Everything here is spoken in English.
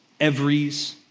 everys